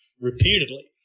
repeatedly